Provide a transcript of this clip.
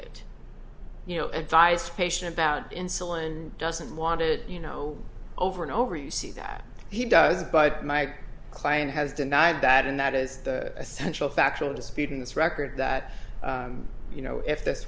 it you know advice patient about insulin doesn't want it you know over and over you see that he does but my client has denied that and that is the essential a factual dispute in this record that you know if th